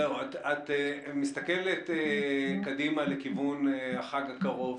כשאת מסתכלת קדימה לכיוון החג הקרוב,